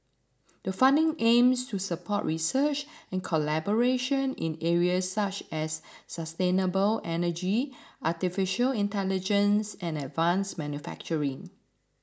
the funding aims to support research and collaboration in areas such as sustainable energy Artificial Intelligence and advanced manufacturing